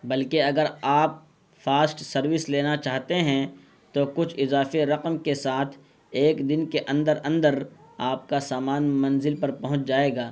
بلکہ اگر آپ فاسٹ سروس لینا چاہتے ہیں تو کچھ اضافی رقم کے ساتھ ایک دن کے اندر اندر آپ کا سامان منزل پر پہنچ جائے گا